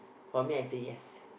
for me I say yes